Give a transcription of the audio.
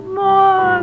more